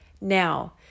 Now